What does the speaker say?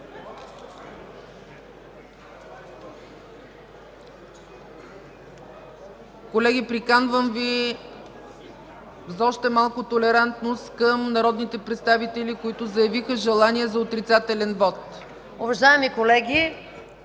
Колеги, приканвам Ви за още малко толерантност към народните представители, които заявиха желание за отрицателен вот.